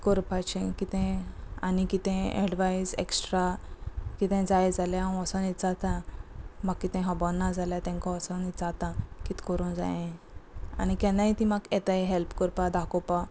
करपाचे कितें आनी कितें एडवायस एक्स्ट्रा कितें जाय जाल्यार हांव वसोन येचाता म्हाका कितें हब ना जाल्यार तेंका वसोन इचाता कित करूंक जाय आनी केन्नाय ती म्हाका येताय हॅल्प करपाक दाखोवपा